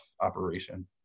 operation